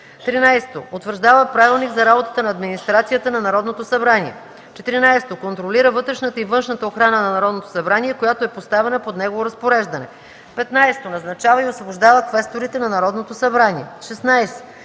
13. утвърждава правилник за работата на администрацията на Народното събрание; 14. контролира вътрешната и външната охрана на Народното събрание, която е поставена под негово разпореждане; 15. назначава и освобождава квесторите на Народното събрание; 16.